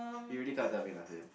you really cannot tell me lah then